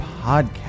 podcast